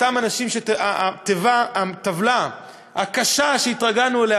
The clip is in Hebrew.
אותם אנשים שהטבלה הקשה שהתרגלנו אליה